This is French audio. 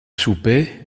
souper